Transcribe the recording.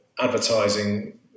advertising